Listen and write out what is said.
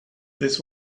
this